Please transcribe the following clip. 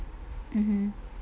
mmhmm